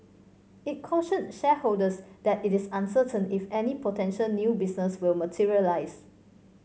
it cautioned shareholders that it is uncertain if any potential new business will materialise